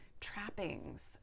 trappings